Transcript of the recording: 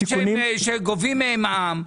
יש דברים שגובים מהם מע"מ,